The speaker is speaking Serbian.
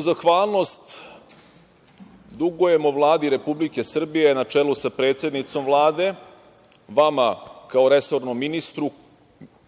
zahvalnost dugujemo Vladi Republike Srbije na čelu sa predsednicom Vlade, vama kao resornom ministru